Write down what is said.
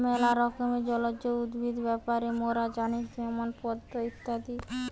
ম্যালা রকমের জলজ উদ্ভিদ ব্যাপারে মোরা জানি যেমন পদ্ম ইত্যাদি